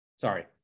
Sorry